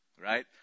Right